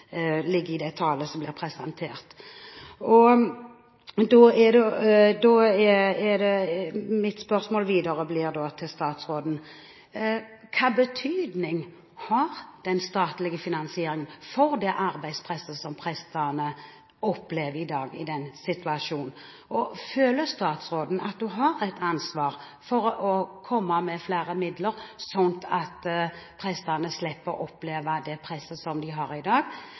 Mitt spørsmål videre blir da til statsråden: Hvilken betydning har den statlige finansieringen for det arbeidspresset som prestene opplever i dag i den situasjonen? Føler statsråden at hun har et ansvar for å komme med flere midler, sånn at prestene slipper å oppleve det presset som de har i dag?